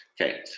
Okay